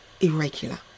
irregular